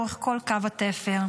לאורך כל קו התפר.